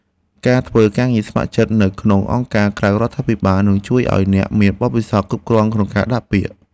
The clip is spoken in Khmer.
ការធ្វើការងារស្ម័គ្រចិត្តនៅក្នុងអង្គការក្រៅរដ្ឋាភិបាលនឹងជួយឱ្យអ្នកមានបទពិសោធន៍គ្រប់គ្រាន់ក្នុងការដាក់ពាក្យ។